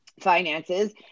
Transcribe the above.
finances